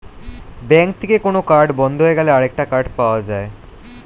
bank থেকে কোন card বন্ধ হয়ে গেলে আরেকটা কার্ড পাওয়া যায়